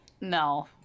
No